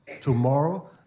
tomorrow